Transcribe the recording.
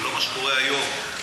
ולא מה שקורה היום,